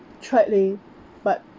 tried leh but